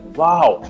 wow